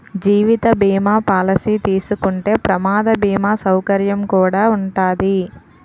జీవిత బీమా పాలసీ తీసుకుంటే ప్రమాద బీమా సౌకర్యం కుడా ఉంటాది